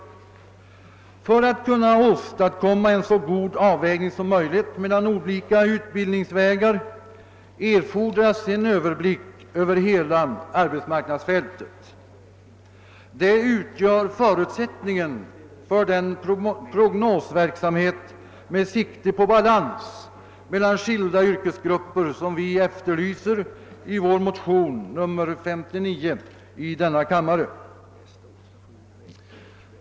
För att man skall kunna åstadkomma en så god avvägning som möjligt mellan olika utbildningsvägar erfordras en överblick över hela arbetsmarknadsfältet. Det utgör förutsättningen för den prognosverksamhet med sikte på balans mellan skilda yrkesgrupper som vi efterlyser i vår motion nr 59 i denna kammare.